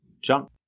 Junk